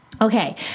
Okay